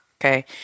okay